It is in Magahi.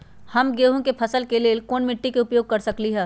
हम गेंहू के फसल के लेल कोन मिट्टी के उपयोग कर सकली ह?